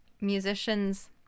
musicians